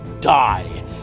die